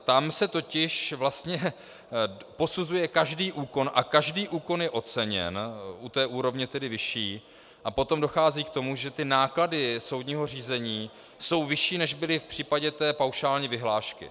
Tam se totiž vlastně posuzuje každý úkon a každý úkon je oceněn u té úrovně vyšší a potom dochází k tomu, že náklady soudního řízení jsou vyšší, než byly v případě paušální vyhlášky.